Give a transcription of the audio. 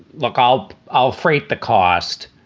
look, i'll i'll freight the cost,